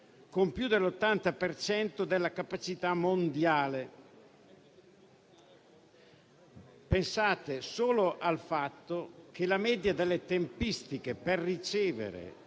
con più dell'80 per cento della capacità mondiale. Pensate solo al fatto che la media delle tempistiche per ricevere